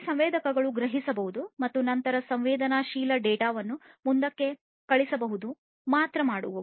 ಈ ಸಂವೇದಕಗಳು ಗ್ರಹಿಸಬಹುದು ಮತ್ತು ನಂತರ ಸಂವೇದನಾಶೀಲ ಡೇಟಾವನ್ನು ಮುಂದಕ್ಕೆ ಕಳುಹಿಸಬಹುದು ಮಾತ್ರ ಮಾಡುವವು